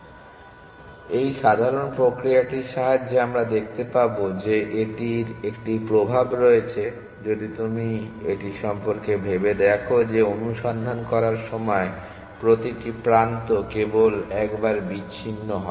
সুতরাং এই সাধারণ প্রক্রিয়াটির সাহায্যে আমরা দেখতে পাব যে এটির একটি প্রভাব রয়েছে যদি তুমি এটি সম্পর্কে ভেবে দেখো যে অনুসন্ধান করার সময় প্রতিটি প্রান্ত কেবল একবার বিচ্ছিন্ন হয়